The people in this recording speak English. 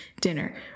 dinner